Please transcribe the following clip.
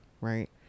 right